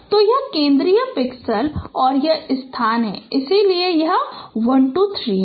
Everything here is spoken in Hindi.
तो यह केंद्रीय पिक्सेल और यह स्थान है इसलिए यह 1 2 3 है